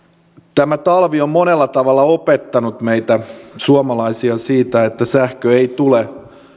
tämä talvi on monella tavalla opettanut meitä suomalaisia siinä että sähkö ei tule